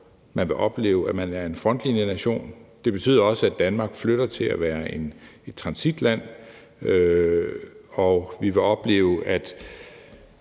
man vil opleve, at man er en frontlinjenation. Det betyder også, at Danmark skifter til at være et transitland. Vi vil opleve, at